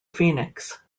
phoenix